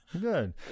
Good